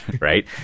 Right